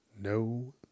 No